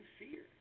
fear